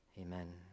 amen